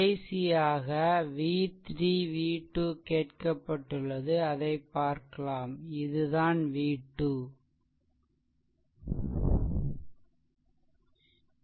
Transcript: கடைசியாக v3 v2 கேட்கப்பட்டுள்ளது அதைப் பார்க்கலாம் இது தான் v2